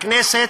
בכנסת,